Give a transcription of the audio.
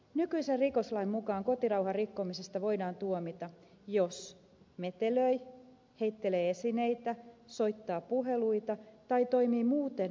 nykyisen rikoslain mukaan kotirauhan rikkomisesta voidaan tuomita jos metelöi heittelee esineitä soittaa puheluita tai toimii muuten vastaavalla tavalla